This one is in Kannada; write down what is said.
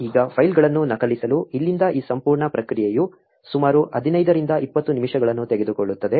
ಈಗ ಫೈಲ್ಗಳನ್ನು ನಕಲಿಸಲು ಇಲ್ಲಿಂದ ಈ ಸಂಪೂರ್ಣ ಪ್ರಕ್ರಿಯೆಯು ಸುಮಾರು 15 ರಿಂದ 20 ನಿಮಿಷಗಳನ್ನು ತೆಗೆದುಕೊಳ್ಳುತ್ತದೆ